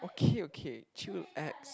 okay okay chill axe